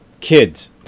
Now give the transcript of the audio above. Kids